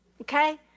okay